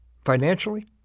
Financially